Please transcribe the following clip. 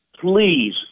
Please